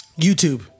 YouTube